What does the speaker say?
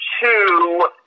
two